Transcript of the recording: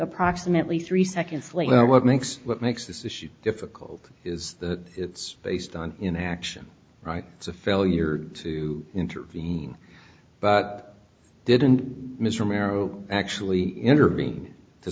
approximately three seconds later what makes what makes this issue difficult is that it's based on in action right to failure to intervene but didn't mr mero actually intervene to